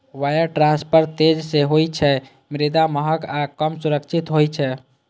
wire transfer तेज तं होइ छै, मुदा महग आ कम सुरक्षित होइ छै